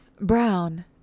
Brown